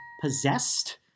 possessed